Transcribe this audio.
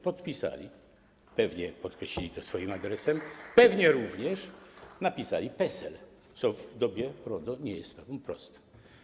Podpisali, pewnie podkreślili to swoim adresem, pewnie również napisali PESEL, co w dobie RODO nie jest takie proste.